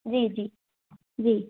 G জি G